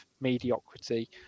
mediocrity